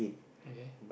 okay